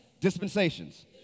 dispensations